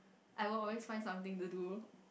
I will always find something to do